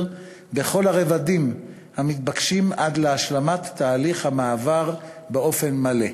בכל הרבדים המתבקשים עד להשלמת תהליך המעבר באופן מלא.